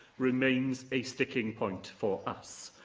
remains a sticking point for us.